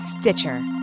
Stitcher